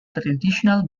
traditional